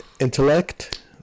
intellect